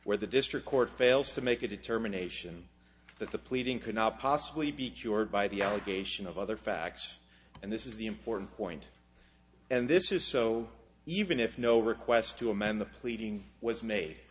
where the district court fails to make a determination that the pleading cannot possibly be cured by the allegation of other facts and this is the important point and this is so even if no request to amend the pleading was made